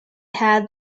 had